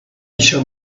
shall